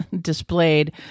displayed